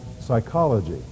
psychology